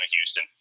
houston